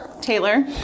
Taylor